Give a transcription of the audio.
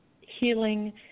healing